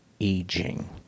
Aging